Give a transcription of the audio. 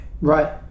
right